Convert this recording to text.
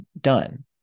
done